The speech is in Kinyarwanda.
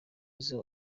izo